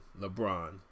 LeBron